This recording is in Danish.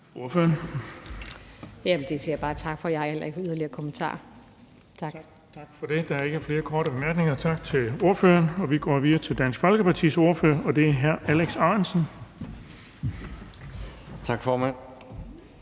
Tak for det. Der er ikke flere korte bemærkninger. Tak til ordføreren. Vi går videre til Dansk Folkepartis ordfører, og det er hr. Alex Ahrendtsen. Kl.